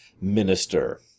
minister